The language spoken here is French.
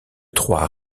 trois